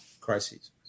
crises